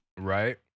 Right